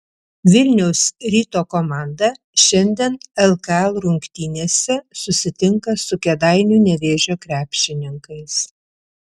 vilniaus ryto komanda šiandien lkl rungtynėse susitinka su kėdainių nevėžio krepšininkais